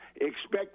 expect